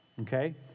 okay